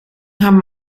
haben